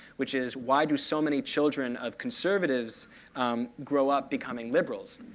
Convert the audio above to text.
which is, why do so many children of conservatives grow up becoming liberals?